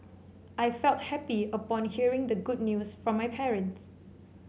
I felt happy upon hearing the good news from my parents